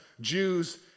Jews